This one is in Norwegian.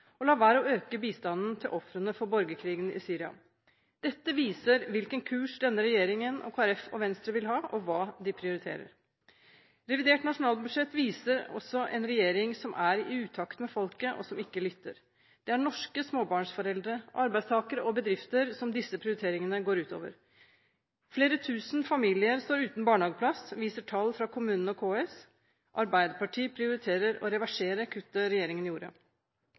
være å øke bistanden til ofrene for borgerkrigen i Syria. Dette viser hvilken kurs denne regjeringen og Kristelig Folkeparti og Venstre vil ha og hva de prioriterer. Revidert nasjonalbudsjett viser også en regjering som er i utakt med folket og som ikke lytter. Det er norske småbarnsforeldre, arbeidstakere og bedrifter som disse prioriteringene går ut over. Flere tusen familier står uten barnehageplass, viser tall fra kommunene og KS. Arbeiderpartiet prioriterer å reversere kuttet regjeringen gjorde.